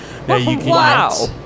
Wow